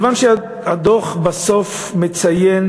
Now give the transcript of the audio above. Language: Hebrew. הדוח מציין